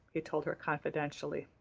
he told her confidentially.